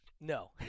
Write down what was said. No